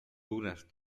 dunas